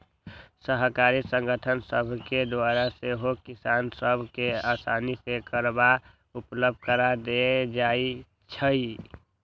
सहकारी संगठन सभके द्वारा सेहो किसान सभ के असानी से करजा उपलब्ध करा देल जाइ छइ